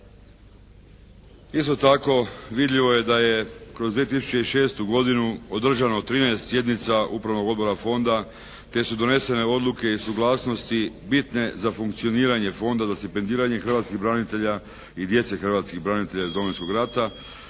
Isto tako vidljivo je da je kroz 2006. godinu održano 13 sjednica upravnog odbora fonda te su donesene odluke i suglasnosti bitne za funkcioniranje Fonda za stipendiranje hrvatskih branitelja i djece hrvatskih branitelja iz Domovinskog rata